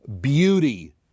beauty